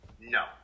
No